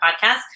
podcast